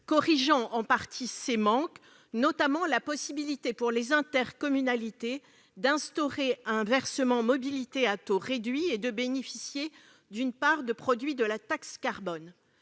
corrigeant en partie ces manques, notamment la possibilité pour les intercommunalités d'instaurer un versement mobilité à taux réduit et de bénéficier d'une part du produit de la taxe carbone.